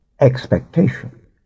expectation